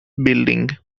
building